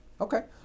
Okay